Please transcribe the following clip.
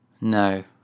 No